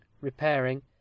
repairing